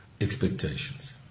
expectations